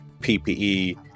PPE